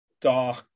dark